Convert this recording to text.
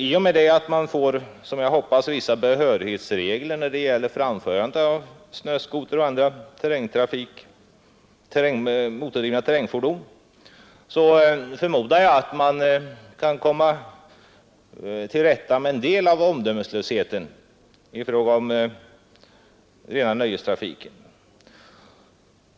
I och med att det skapas vissa behörighetsregler för framförande av snöskoter och andra motordrivna terrängfordon förmodar jag att man kan komma till rätta med en del av omdömeslösheten i nöjestrafiken.